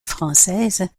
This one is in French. française